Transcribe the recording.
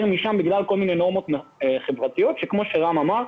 בגלל כל מיני נורמות חברתיות שכמו שאמר היושב-ראש,